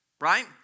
right